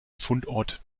fundort